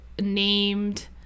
named